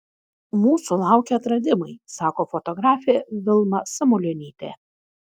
mūsų laukia atradimai sako fotografė vilma samulionytė